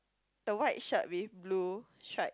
the white shirt with blue stripe